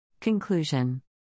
Conclusion